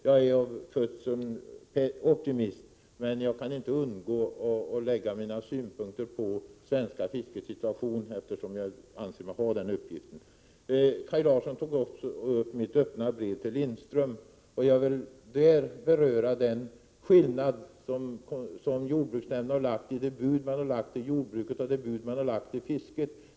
Jag är av födseln optimist, men jag kan inte underlåta att framföra mina synpunkter på det svenska fiskets situation, eftersom jag anser mig ha i uppgift att göra det. Kaj Larsson tog också upp mitt öppna brev till Lindström. Då vill jag beröra skillanden mellan det bud som man har lagt till jordbruket och det bud som man har lagt till fisket.